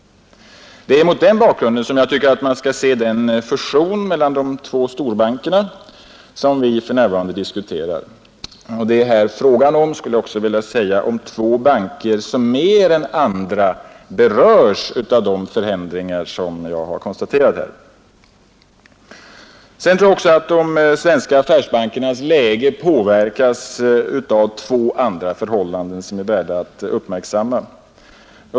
Det är mot den bakgrunden jag tycker man skall se den fusion mellan de två storbanker som vi nu diskuterar. Det är här fråga om två banker som mer än andra berörs av de förändringar som jag har konstaterat. De svenska affärsbankernas läge påverkas också av två andra förhållanden som är värda att uppmärksammas.